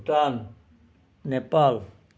Bhutan Nepal